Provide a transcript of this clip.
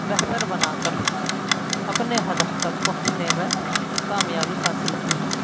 بہتر بنا کر اپنے ہدف تک پہنچنے میں کامیابی حاصل کی ہو